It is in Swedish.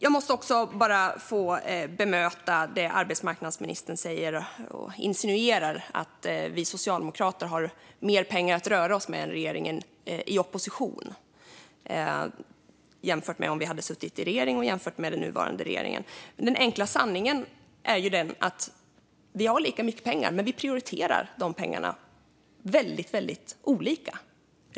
Jag måste bara få bemöta det arbetsmarknadsministern säger. Han insinuerar att vi socialdemokrater i opposition har mer pengar att röra oss med jämfört med om vi hade suttit i regering och jämfört med den nuvarande regeringen. Men den enkla sanningen är att vi har lika mycket pengar, men vi prioriterar väldigt olika.